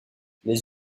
les